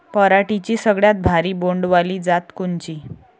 पराटीची सगळ्यात भारी बोंड वाली जात कोनची?